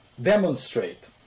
demonstrate